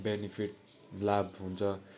benefit लाभ हुन्छ